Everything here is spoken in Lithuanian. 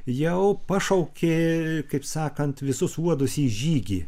jau pašaukė kaip sakant visus uodus į žygį